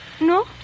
No